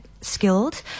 Skilled